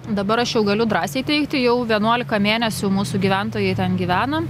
dabar aš jau galiu drąsiai teigti jau vienuolika mėnesių mūsų gyventojai ten gyvena